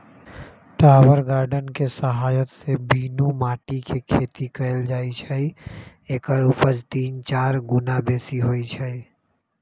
tower garden कें सहायत से बीनु माटीके खेती कएल जाइ छइ एकर उपज तीन चार गुन्ना बेशी होइ छइ